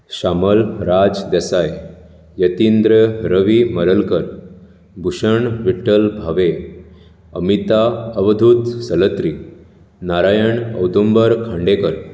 Shyamal Raj Desai Yatindra Ravi Maralkar Bhushan Vitthal Bhave Amitabh Avdhoot Salatri Narayan Audumbar Khandekar